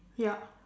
yup